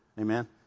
Amen